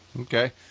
Okay